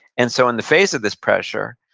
and so in the face of this pressure,